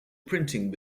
printing